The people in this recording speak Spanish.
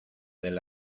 del